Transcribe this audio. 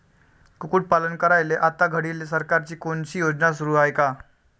कुक्कुटपालन करायले आता घडीले सरकारची कोनची योजना सुरू हाये का?